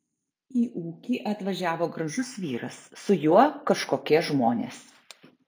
į ūkį atvažiavo gražus vyras su juo kažkokie žmonės